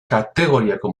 kategoriako